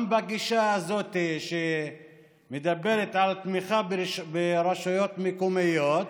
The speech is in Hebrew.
גם בגישה הזאת שמדברת על תמיכה ברשויות מקומיות